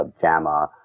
JAMA